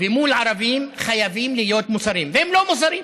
ומול ערבים חייבים להיות מוסרים, והם לא מוסרים,